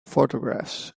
photographs